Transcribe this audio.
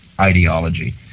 ideology